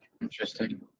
Interesting